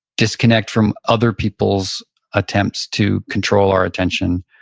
disconnect from other people's attempts to control our attention.